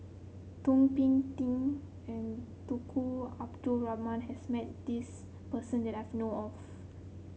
Thum Ping Tjin and Tunku Abdul Rahman has met this person that I've know of